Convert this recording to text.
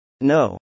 No